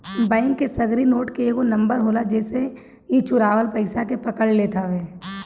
bank के सगरी note के एगो नंबर होला जेसे इ चुरावल पईसा के पकड़ लेत हअ